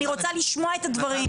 אני רוצה לשמוע את הדברים.